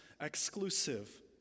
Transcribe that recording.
exclusive